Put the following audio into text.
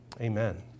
Amen